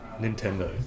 Nintendo